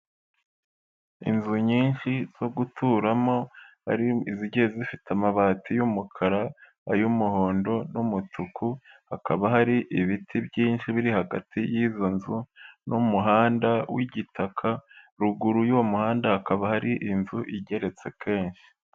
Inzu nyinshi zo guturamo hari izigiye zifite amabati y'umukara, ay'umuhondo n'umutuku, hakaba hari ibiti byinshi biri hagati y'izo nzu n'umuhanda w'igitaka, ruguru y'uwo muhanda hakaba hari inzu igeretse kenshi.